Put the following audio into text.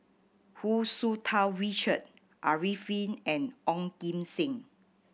Hu Tsu Tau Richard Arifin and Ong Kim Seng